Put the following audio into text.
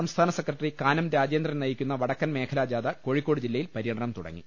സംസ്ഥാന സെക്രട്ടറി കാനംരാജേന്ദ്രൻ നയിക്കുന്ന വടക്കൻ മേഖലാജാഥ കോഴിക്കോട് ജില്ലയിൽ പര്യടനം തുടങ്ങി